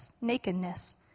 nakedness